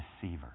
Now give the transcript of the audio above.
deceiver